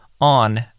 on